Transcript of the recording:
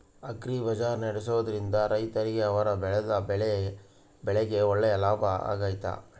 Agri ಬಜಾರ್ ನಡೆಸ್ದೊರಿಂದ ರೈತರಿಗೆ ಅವರು ಬೆಳೆದ ಬೆಳೆಗೆ ಒಳ್ಳೆ ಲಾಭ ಆಗ್ತೈತಾ?